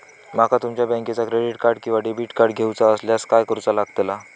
माका तुमच्या बँकेचा क्रेडिट कार्ड किंवा डेबिट कार्ड घेऊचा असल्यास काय करूचा लागताला?